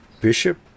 Bishop